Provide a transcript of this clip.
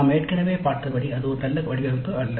நாம் ஏற்கனவே பார்த்தபடி அது ஒரு நல்ல வடிவமைப்பு அல்ல